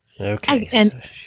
Okay